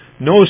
no